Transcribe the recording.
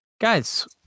Guys